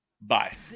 Bye